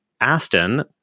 Aston